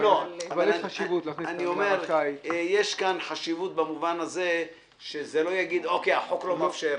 אבל יש פה חשיבות במובן הזה שלא יגידו שהחוק לא מאפשר.